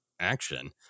Action